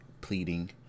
pleading